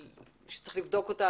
שצריך לבדוק אותה,